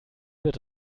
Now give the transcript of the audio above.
wird